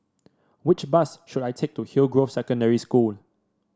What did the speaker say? which bus should I take to Hillgrove Secondary School